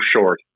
short